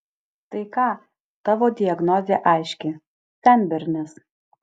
tai ką tavo diagnozė aiški senbernis